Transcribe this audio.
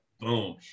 boom